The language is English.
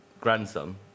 grandson